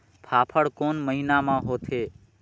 फाफण कोन महीना म होथे?